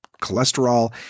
cholesterol